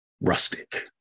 rustic